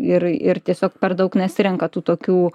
ir ir tiesiog per daug nesirenka tų tokių